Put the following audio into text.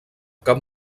cap